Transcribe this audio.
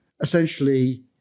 essentially